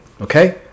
Okay